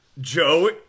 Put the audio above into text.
Joe